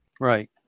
Right